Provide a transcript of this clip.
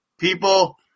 People